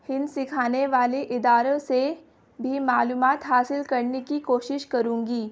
ہند سکھانے والے اداروں سے بھی معلومات حاصل کرنے کی کوشش کروں گی